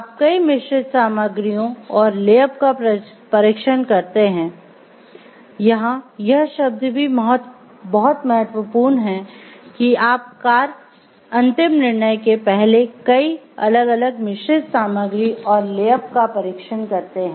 आप कई मिश्रित सामग्रियों और ले अप का परीक्षण करते हैं